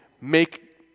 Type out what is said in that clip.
make